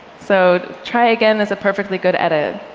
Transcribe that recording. so try again is a perfectly good edit.